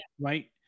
Right